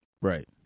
Right